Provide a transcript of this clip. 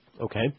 Okay